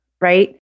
right